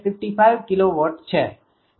65455kW છે